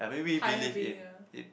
higher bay ah